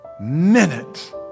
minute